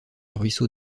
ruisseau